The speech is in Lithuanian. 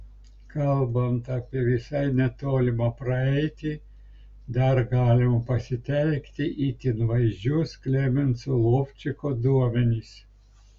kalbant apie visai netolimą praeitį dar galima pasitelkti itin vaizdžius klemenso lovčiko duomenis